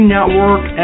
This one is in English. Network